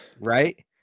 Right